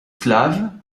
slaves